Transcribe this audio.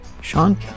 Sean